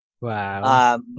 Wow